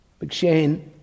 McShane